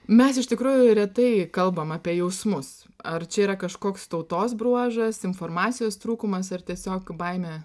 mes iš tikrųjų retai kalbam apie jausmus ar čia yra kažkoks tautos bruožas informacijos trūkumas ar tiesiog baimė